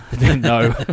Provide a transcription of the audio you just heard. No